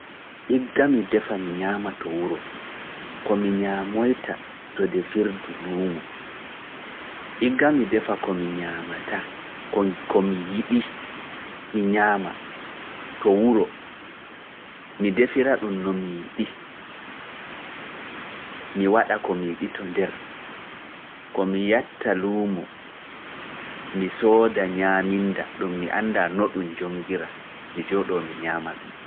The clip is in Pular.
Igga mi defa mi ñaama to wuro, ko mi ñaamoyta to defirdu luumo. Igga mi defa ko mi ñaamata, ko mi yiɗi, mi ñaama to wuro, mi defira ɗum no mi yiɗi, mi waɗa ko mi yiɗi to nder, ko mi yatta luumo, mi sooda ñaaminda ɗum mi annda no ɗum joongira, mi jooɗoo mi ñaama ɗum.